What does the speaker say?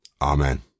Amen